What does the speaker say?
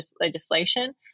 legislation